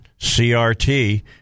CRT